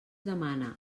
demana